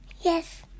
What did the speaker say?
Yes